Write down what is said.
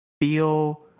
feel